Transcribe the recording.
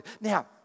Now